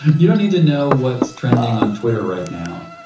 you don't need to know what's trending on twitter right now.